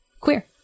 Queer